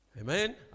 Amen